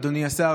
אדוני השר,